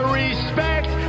respect